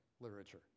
literature